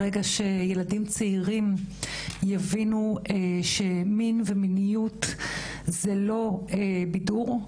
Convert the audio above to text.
ברגע שילדים צעירים יבינו שמין ומיניות זה לא בידור,